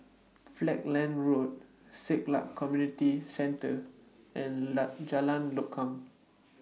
Falkland Road Siglap Community Centre and Jalan Lokam